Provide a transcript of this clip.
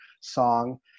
song